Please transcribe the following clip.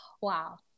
wow